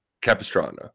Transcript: Capistrano